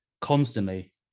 constantly